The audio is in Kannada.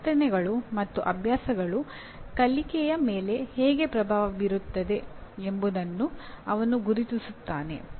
ವರ್ತನೆಗಳು ಮತ್ತು ಅಭ್ಯಾಸಗಳು ಕಲಿಕೆಯ ಮೇಲೆ ಹೇಗೆ ಪ್ರಭಾವ ಬೀರುತ್ತವೆ ಎಂಬುದನ್ನು ಅವನು ಗುರುತಿಸುತ್ತಾನೆ